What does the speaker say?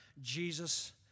Jesus